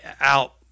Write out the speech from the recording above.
out